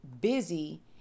busy